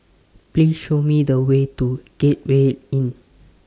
Please Show Me The Way to Gateway Inn